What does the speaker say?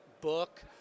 book